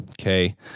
okay